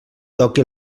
toqui